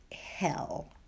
hell